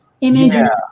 image